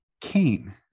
Cain